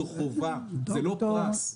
זו חובה, זה לא פרס.